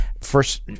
First